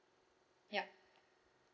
yup